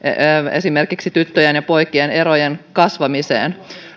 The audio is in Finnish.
kuten tyttöjen ja poikien erojen kasvamiseen